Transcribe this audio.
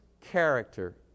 character